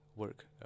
work